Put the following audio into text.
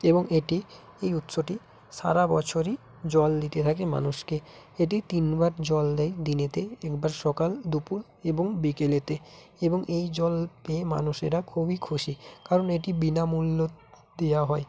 এবং এটি এই উৎসটি সারা বছরই জল দিতে থাকে মানুষকে এটি তিন বার জল দেয় দিনেতে একবার সকাল দুপুর এবং বিকেলেতে এবং এই জল পেয়ে মানুষেরা খুবই খুশি কারণ এটি বিনামূল্যে দেওয়া হয়